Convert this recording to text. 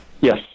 Yes